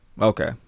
Okay